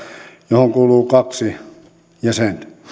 johon kuuluu kaksi jäsentä